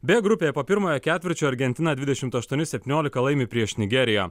b grupėje po pirmojo ketvirčio argentina dvidešimt aštuoni septyniolika laimi prieš nigeriją